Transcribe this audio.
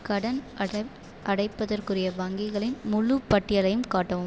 கடன் அடைப் அடைப்பதற்குரிய வங்கிகளின் முழுப்பட்டியலையும் காட்டவும்